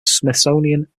smithsonian